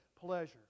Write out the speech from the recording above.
pleasure